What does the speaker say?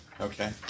Okay